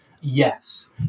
Yes